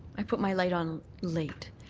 i put my light on late.